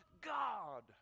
God